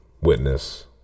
witness